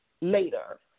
later